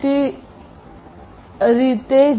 T રીતે જ